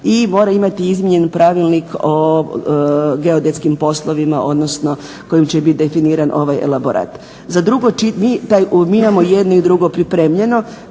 i mora imati izmijenjen Pravilnik o geodetskim poslovima, odnosno kojim će biti definiran ovaj elaborat. Za drugo čitanje, mi imamo i jedno i drugo pripremljeno.